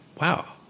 wow